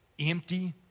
empty